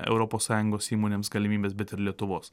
europos sąjungos įmonėms galimybes bet ir lietuvos